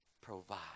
provide